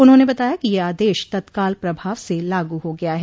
उन्होंने बताया कि यह आदेश तत्काल प्रभाव से लागू हो गया है